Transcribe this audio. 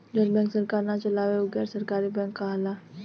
जवन बैंक सरकार ना चलावे उ गैर सरकारी बैंक कहाला